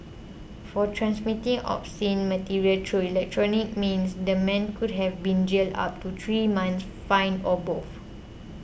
for transmitting obscene material through electronic means the man could have been jailed up to three months fined or both